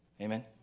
Amen